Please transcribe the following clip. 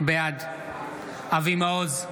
בעד אבי מעוז,